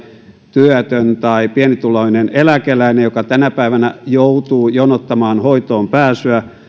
työtön tai pienituloinen eläkeläinen joka tänä päivänä joutuu jonottamaan hoitoonpääsyä